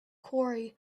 quarry